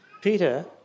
Peter